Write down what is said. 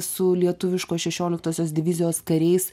su lietuviškos šešioliktosios divizijos kariais